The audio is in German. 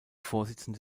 vorsitzende